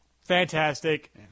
fantastic